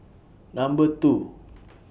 Number two